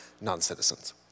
non-citizens